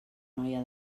noia